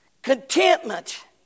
Contentment